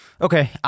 Okay